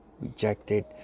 rejected